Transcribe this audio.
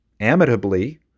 amitably